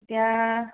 এতিয়া